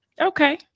Okay